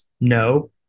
no